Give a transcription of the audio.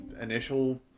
initial